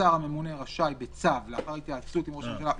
שהשר הממונה רשאי בצו לאחר התייעצות עם ראש הממשלה,